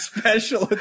Special